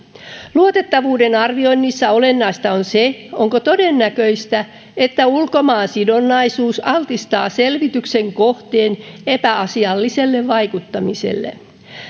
luotettavuuden arvioinnissa olennaista on se onko todennäköistä että ulkomaansidonnaisuus altistaa selvityksen kohteen epäasialliselle vaikuttamiselle